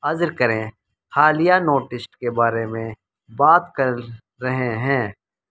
عضر کریں حالیہ نوٹسٹ کے بارے میں بات کر رہے ہیں